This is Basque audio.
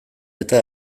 eta